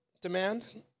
demand